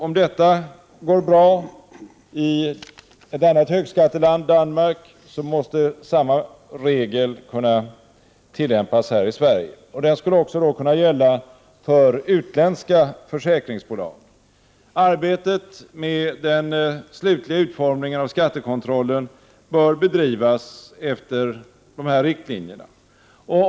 Om det går bra i ett annat högskatteland, Danmark, måste samma regel kunna tillämpas här i Sverige. Den skulle också kunna gälla för utländska försäkringsbolag. Arbetet med den slutliga utformningen av skattekontrollen bör bedrivas efter dessa riktlinjer.